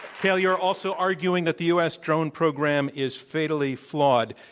kael, you are also arguing that the u. s. drone program is fatally flawed.